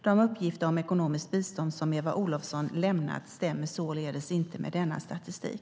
De uppgifter om ekonomiskt bistånd som Eva Olofsson lämnat stämmer således inte med denna statistik.